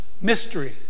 mystery